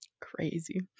Crazy